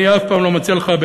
אני אף פעם לא מציע לך,